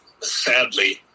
Sadly